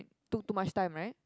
took too much time right